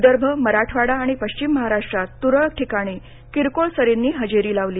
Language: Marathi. विदर्भ मराठवाडा आणि पश्चिम महाराष्ट्रात त्रळक ठिकाणी किरकोळ सरींनी हजेरी लावली